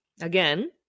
Again